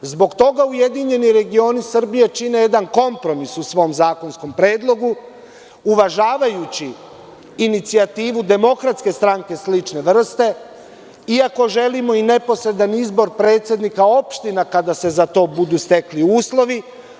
Zbog toga URS čine jedan kompromis u svom zakonskom predlogu, uvažavajući inicijativu DS slične vrste, iako želimo i neposredan izbor predsednika opština, kada se za to budu stekli uslovi.